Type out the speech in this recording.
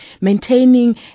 maintaining